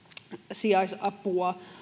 sijaisapua